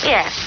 Yes